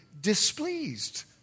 displeased